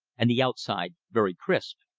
and the outside very crisp.